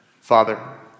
Father